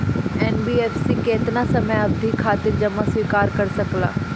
NBFC केतना समयावधि खातिर जमा स्वीकार कर सकला?